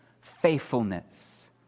faithfulness